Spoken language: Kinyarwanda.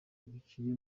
biciye